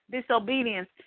disobedience